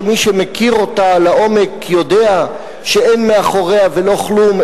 שמי שמכיר אותה לעומק יודע שאין מאחוריה ולא כלום,